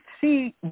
see